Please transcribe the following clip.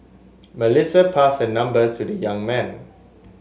Melissa passed her number to the young man